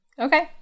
Okay